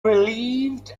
relieved